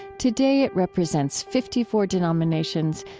today it represents fifty four denominations,